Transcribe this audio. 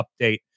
update